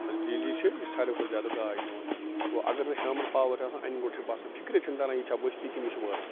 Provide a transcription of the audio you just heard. یۄس بَجلی چھِ یہِ چھِ ساروٕے کھۄتہٕ زیادٕ گاش دِوان گوٚو اگر نہٕ شامن پاور چھُ آسان اَنہِ گوٚٹ چھُ بَسان فکرے چھُنہٕ تَران یہِ چھا بستی کِنہٕ یہِ چھِ وٲران